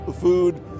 food